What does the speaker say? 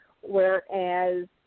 whereas